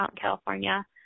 California